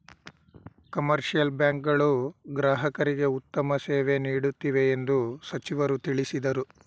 commercial bank ಗಳು ಗ್ರಾಹಕರಿಗೆ ಉತ್ತಮ ಸೇವೆ ನೀಡುತ್ತಿವೆ ಎಂದು ಸಚಿವರು ತಿಳಿಸಿದರು